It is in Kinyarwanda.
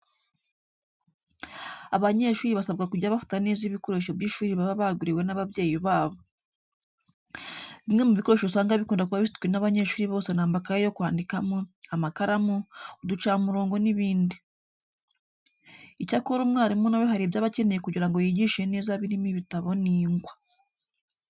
Abanyeshuri basabwa kujya bafata neza ibikoresho by'ishuri baba baguriwe n'ababyeyi babo. Bimwe mu bikoresho usaga bikunda kuba bifitwe n'abanyeshuri bose ni amakayi yo kwandikamo, amakaramu, uducamurongo n'ibindi. Icyakora umwarimu na we hari ibyo aba akeneye kugira ngo yigishe neza birimo ibitabo n'ingwa.